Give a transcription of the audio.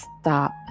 stop